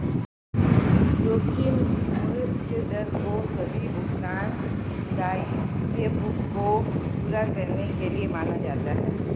जोखिम मुक्त दर को सभी भुगतान दायित्वों को पूरा करने के लिए माना जाता है